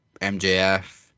MJF